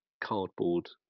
cardboard